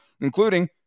including